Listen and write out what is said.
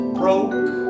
broke